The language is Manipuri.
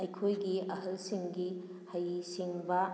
ꯑꯩꯈꯣꯏꯒꯤ ꯑꯍꯜꯁꯤꯡꯒꯤ ꯍꯩ ꯁꯤꯡꯕ